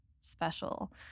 special